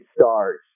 stars